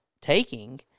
taking